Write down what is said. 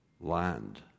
land